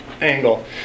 angle